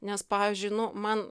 nes pavyzdžiui nu man